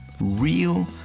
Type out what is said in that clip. real